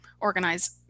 organize